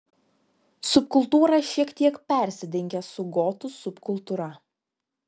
subkultūra šiek tiek persidengia su gotų subkultūra